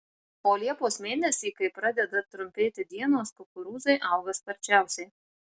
o liepos mėnesį kai pradeda trumpėti dienos kukurūzai auga sparčiausiai